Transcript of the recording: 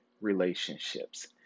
relationships